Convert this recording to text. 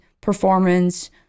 performance